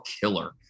killer